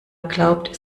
glaubt